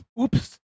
Oops